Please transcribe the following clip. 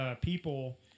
people